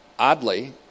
Oddly